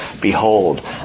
Behold